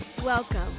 Welcome